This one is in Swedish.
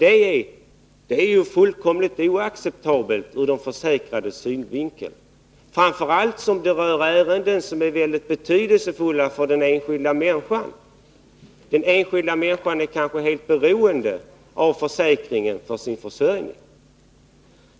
Det är fullkomligt oacceptabelt ur de försäkrades synvinkel — framför allt eftersom det gäller ärenden som är mycket betydelsefulla för den enskilda människan, som kanske är helt beroende av försäkringen för sin försörjning.